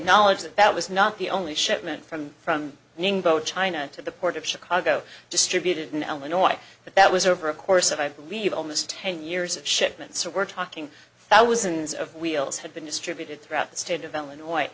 knowledge that that was not the only shipment from from ningbo china to the port of chicago distributed in illinois but that was over a course of i believe almost ten years shipments are we're talking thousands of wheels have been distributed throughout the state of illinois